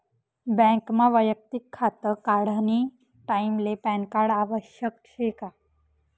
बँकमा वैयक्तिक खातं काढानी टाईमले पॅनकार्ड आवश्यक शे का?